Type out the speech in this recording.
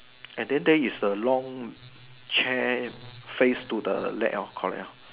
and then there is the long chair face to the leg orh correct orh